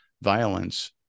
violence